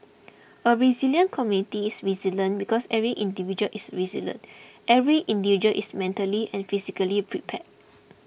a resilient community is resilient because every individual is resilient every individual is mentally and physically prepare